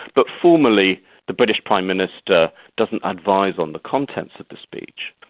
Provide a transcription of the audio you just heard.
but formally the british prime minister doesn't advise on the contents of the speech.